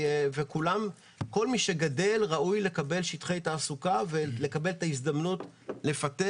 כל מי שגדל ראוי לקבל שטחי תעסוקה ואת ההזדמנות לפתח.